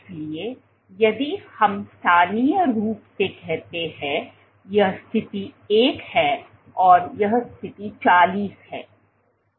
इसलिए यदि हम स्थानीय रूप से कहते हैं यह स्थिति 1 है और यह स्थिति 40 है